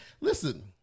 listen